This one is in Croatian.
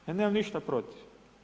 Ja nemam ništa protiv.